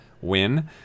win